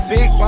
Big